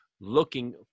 Looking